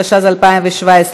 התשע"ז 2017,